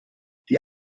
die